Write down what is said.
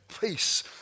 Peace